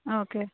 okay